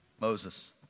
Moses